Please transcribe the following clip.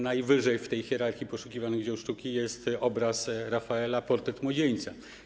Najwyżej w hierarchii poszukiwanych dzieł sztuki jest obraz Rafaela „Portret młodzieńca”